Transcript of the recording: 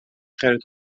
خرت